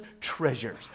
treasures